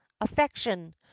affection